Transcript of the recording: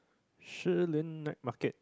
Shilin night market